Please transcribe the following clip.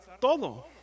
todo